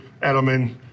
edelman